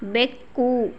ಬೆಕ್ಕು